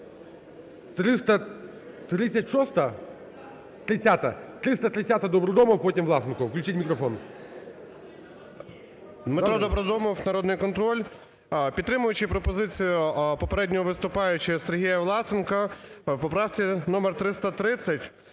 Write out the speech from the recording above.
Дмитро Добродомов, "Народний контроль". Підтримуючи пропозицію попереднього виступаючого Сергія Власенка, в поправці номер 330